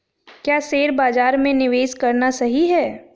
क्या शेयर बाज़ार में निवेश करना सही है?